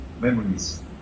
memories